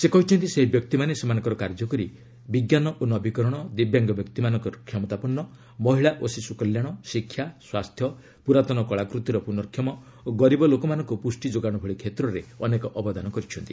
ସେ କହିଛନ୍ତି ସେହି ବ୍ୟକ୍ତିମାନେ ସେମାନଙ୍କର କାର୍ଯ୍ୟ କରି ବିଜ୍ଞାନ ଓ ନବୀକରଣ ଦିବ୍ୟାଙ୍ଗ ବ୍ୟକ୍ତିମାନଙ୍କ କ୍ଷମତାପନ୍ନ ମହିଳା ଓ ଶିଶୁ କଲ୍ୟାଣ ଶିକ୍ଷା ସ୍ୱାସ୍ଥ୍ୟ ପୁରାତନ କଳାକୃତିର ପୁନର୍ଷମ ଓ ଗରିବ ଲୋକମାନଙ୍କୁ ପୁଷ୍ଟି ଯୋଗାଣ ଭଳି କ୍ଷେତ୍ରରେ ଅନେକ ଅବଦାନ କରିଛନ୍ତି